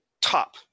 top